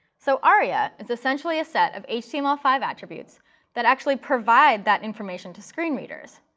so aria is essentially a set of h t m l five attributes that actually provide that information to screen readers.